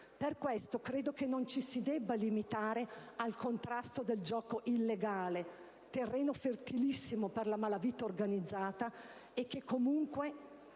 Per questo credo che non ci si debba limitare al contrasto del gioco illegale, terreno fertilissimo per la malavita organizzata e che comunque